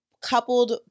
coupled